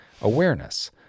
awareness